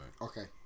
Okay